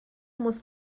muss